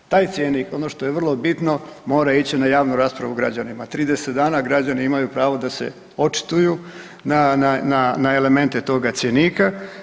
Taj cjenik, ono što je vrlo bitno, mora ići na javnu raspravu građanima, 30 dana građani imaju pravo da se očituju na, na, na elemente toga cjenika.